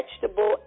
vegetable